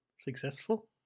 Successful